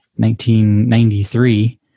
1993